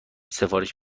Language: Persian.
سفارش